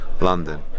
London